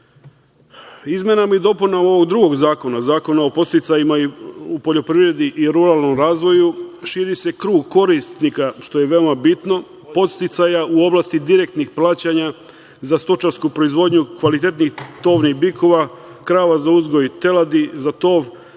mera. Izmenama i dopunama ovog drugog zakona, Zakona o podsticajima u poljoprivredi i ruralnom razvoju, širi se krug korisnika, što je veoma bitno, podsticaja u oblasti direktnih plaćanja za stočarsku proizvodnju, kvalitetnih tovnih bikova, krava za uzgoj i teladi za tov,